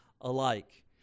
alike